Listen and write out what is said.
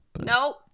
Nope